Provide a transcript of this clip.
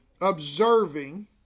observing